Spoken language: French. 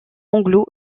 anglo